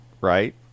right